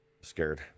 scared